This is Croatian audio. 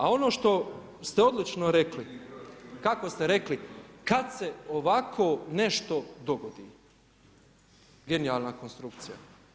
A ono što ste odlučno rekli, kako ste rekli, kada se ovako nešto dogodi, genijalna konstrukcija.